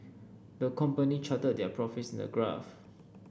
the company charted their profits in a graph